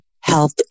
health